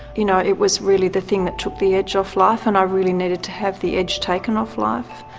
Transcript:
you know it was really the thing that took the edge off life and i really needed to have the edge taken off life.